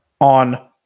on